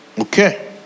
Okay